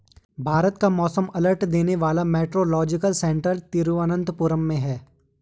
भारत का मौसम अलर्ट देने वाला मेट्रोलॉजिकल सेंटर तिरुवंतपुरम में है